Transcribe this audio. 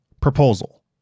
Proposal